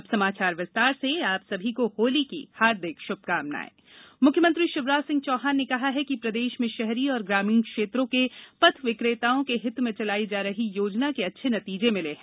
अब समाचार विस्तार से मुख्यमंत्री बैठक मुख्यमंत्री शिवराज सिंह चौहान ने कहा है कि प्रदेश में शहरी और ग्रामीण क्षेत्रों के पथ विकेताओं के हित में चलाई जा रही योजना के अच्छे नतीजे मिले हैं